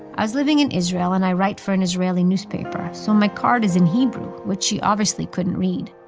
i was living in israel, and i write for an israeli newspaper, so my card is in hebrew, which she obviously couldn't read.